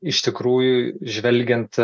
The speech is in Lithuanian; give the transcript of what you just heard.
iš tikrųjų žvelgiant